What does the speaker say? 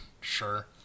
sure